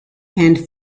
and